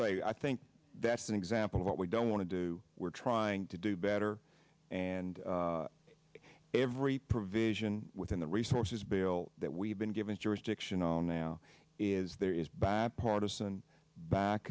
say i think that's an example of what we don't want to do we're trying to do better and every provision within the resources bill that we've been given jurisdictional now is there is bipartisan back